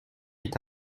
est